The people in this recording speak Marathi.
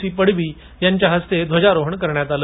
सी पाडवी यांच्या हस्ते ध्वजारोहण करण्यात आलं